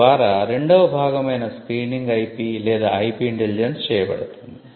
తద్వారా రెండవ భాగం అయిన స్క్రీనింగ్ IP లేదా IP ఇంటెలిజెన్స్ చేయబడుతుంది